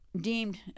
deemed